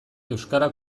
euskara